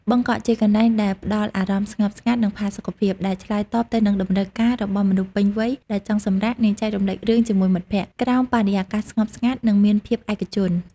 បឹកកក់ ជាកន្លែងដែលផ្តល់អារម្មណ៍ស្ងប់ស្ងាត់ និងផាសុខភាព ដែលឆ្លើយតបទៅនឹងតម្រូវការរបស់មនុស្សពេញវ័យដែលចង់សម្រាក និងចែករំលែករឿងជាមួយមិត្តភក្តិ ក្រោមបរិយាកាសស្ងប់ស្ងាត់ និងមានភាពឯកជន។